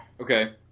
Okay